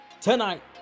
tonight